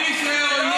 מי שהוא אויב,